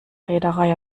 reederei